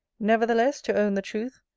nevertheless, to own the truth,